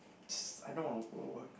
s~ I long ago what